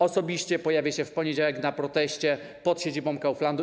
Osobiście pojawię się w poniedziałek na proteście pod siedzibą Kauflandu.